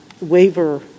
waiver